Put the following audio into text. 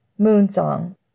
Moonsong